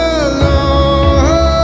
alone